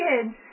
kids